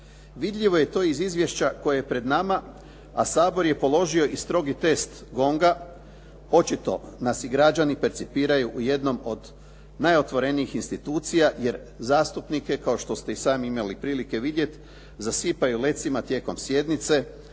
Vidljivo je to iz izvješća koje je pred nama, a Sabor je položio i strogi test "Gonga". Očito nas i građani percipiraju u jednom od najotvorenijih institucija, jer zastupnike kao što ste i sami imali prilike vidjeti zasipaju lecima tijekom sjednice,